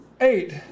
eight